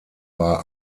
war